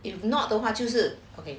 if not 的话就是 okay